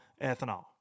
ethanol